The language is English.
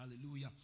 hallelujah